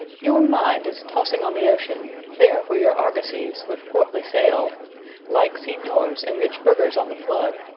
your mind is tossing on the ocean there where your argosies, with portly sail like signiors and rich burghers on the flood,